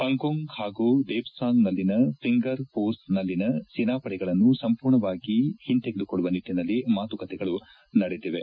ಪಂಗೊಂಗ್ ಹಾಗೂ ದೇಪ್ಲಾಂಗ್ ನಲ್ಲಿನ ಫಿಂಗರ್ ಫೋರ್ನಲ್ಲಿನ ಸೇನಾಪಡೆಗಳನ್ನು ಸಂಪೂರ್ಣವಾಗಿ ಹಿಂತೆಗೆದುಕೊಳ್ಳುವ ನಿಟ್ಟನಲ್ಲಿ ಮಾತುಕತೆಗಳು ನಡೆದಿವೆ